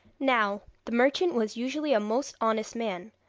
now, the merchant was usually a most honest man,